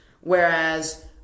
Whereas